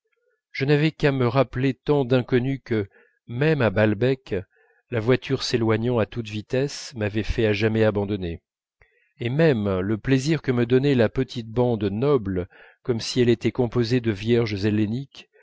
je n'avais qu'à me rappeler tant d'inconnues que même à balbec la voiture s'éloignant à toute vitesse m'avait fait à jamais abandonner et même le plaisir que me donnait la petite bande noble comme si elle était composée de vierges